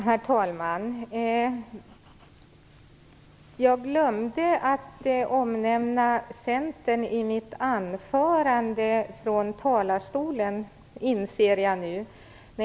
Herr talman! Jag glömde att omnämna Centern i mitt anförande från talarstolen, inser jag nu.